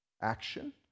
action